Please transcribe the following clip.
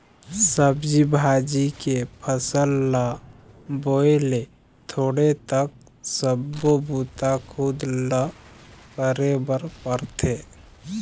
सब्जी भाजी के फसल ल बोए ले तोड़े तक सब्बो बूता खुद ल करे बर परथे